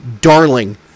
Darling